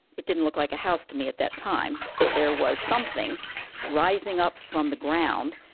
it didn't look like a house to me at that time. but there was something rising up from the ground.